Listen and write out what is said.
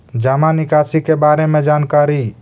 जामा निकासी के बारे में जानकारी?